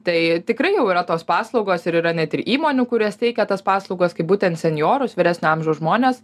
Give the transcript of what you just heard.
tai tikrai jau yra tos paslaugos ir yra net ir įmonių kurias teikia tos paslaugos kaip būtent senjorus vyresnio amžiaus žmones